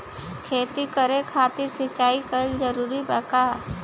खेती करे खातिर सिंचाई कइल जरूरी बा का?